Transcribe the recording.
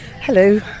Hello